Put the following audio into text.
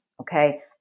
okay